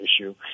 issue